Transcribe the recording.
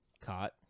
caught